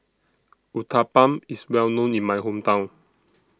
Uthapam IS Well known in My Hometown